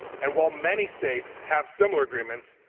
and while many states have similar agreements,